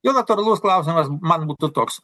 jo natūralus klausimas man būtų toks